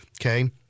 Okay